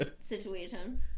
situation